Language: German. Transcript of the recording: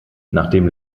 nachdem